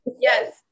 Yes